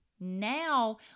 Now